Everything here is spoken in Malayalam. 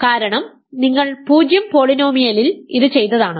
കാരണം നിങ്ങൾ 0 പോളിനോമിയലിൽ ഇത് ചെയ്തതാണ്